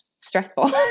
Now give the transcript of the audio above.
stressful